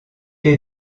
les